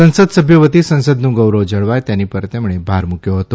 સંસદ સભ્યો વતી સંસદનું ગૌરવ જળવાય તેની પર તેમણે ભાર મૂક્યો હતો